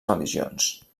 religions